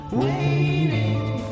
waiting